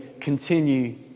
continue